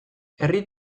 herri